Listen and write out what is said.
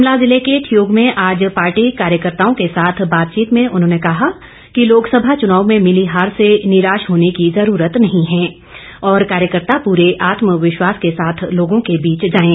शिमला जिले के ठियोग में आज पार्टी कार्यकर्ताओं के साथ बातचीत में उन्होंने कहा कि लोकसभा चनाव में मिली हार से निराश होने की जरूरत नहीं है और कार्यकर्ता पुरे आत्मविश्वास के साथ लोगों के बीच जाएं